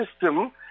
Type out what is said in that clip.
system